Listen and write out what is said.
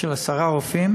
של עשרה רופאים